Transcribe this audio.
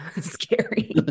Scary